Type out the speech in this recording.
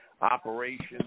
operations